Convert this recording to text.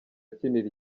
akinira